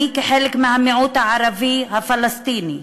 אני, כחלק מהמיעוט הערבי הפלסטיני,